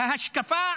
ההשקפה